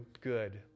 good